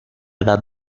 edad